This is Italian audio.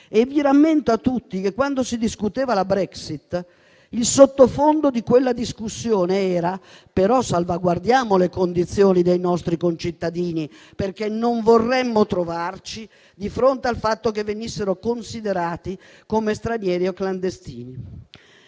Rammento a tutti voi che, quando si discuteva la Brexit, il sottofondo di quella discussione era la necessità di salvaguardare le condizioni dei nostri concittadini, perché non avremmo voluto trovarci di fronte al fatto che venissero considerati come stranieri o clandestini.